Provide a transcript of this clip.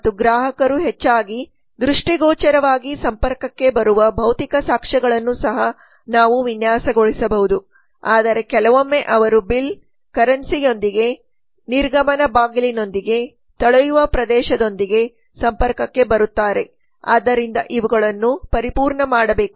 ಮತ್ತು ಗ್ರಾಹಕರು ಹೆಚ್ಚಾಗಿ ದೃಷ್ಟಿಗೋಚರವಾಗಿ ಸಂಪರ್ಕಕ್ಕೆ ಬರುವ ಭೌತಿಕ ಸಾಕ್ಷ್ಯಗಳನ್ನು ಸಹ ನಾವು ವಿನ್ಯಾಸಗೊಳಿಸಬಹುದು ಆದರೆ ಕೆಲವೊಮ್ಮೆ ಅವರು ಬಿಲ್ ಕರೆನ್ಸಿಯೊಂದಿಗೆ ನಿರ್ಗಮನ ಬಾಗಿಲಿನೊಂದಿಗೆ ತೊಳೆಯುವ ಪ್ರದೇಶದೊಂದಿಗೆ ಸಂಪರ್ಕಕ್ಕೆ ಬರುತ್ತಾರೆ ಆದ್ದರಿಂದ ಇವುಗಳನ್ನು ಪರಿಪೂರ್ಣ ಮಾಡಬೇಕು